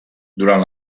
durant